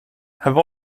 have